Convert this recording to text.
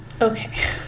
Okay